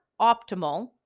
optimal